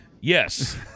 Yes